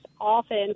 often